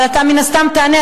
אבל אתה מן הסתם תענה,